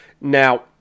Now